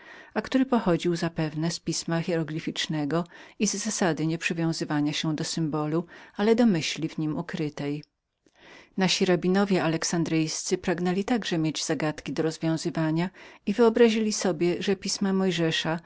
a który zapewne pochodził z pisma hieroglificznego i z zasady egipskiej nieprzywiązywania się do godła ale do myśli w niem ukrytej nasi rabinowie alexandryjscy pragnęli takie mieć zagadki do rozwiązywania i wyobrazili sobie że pisma mojżesza